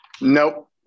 Nope